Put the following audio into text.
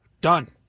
done